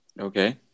Okay